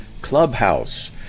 Clubhouse